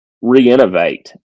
re-innovate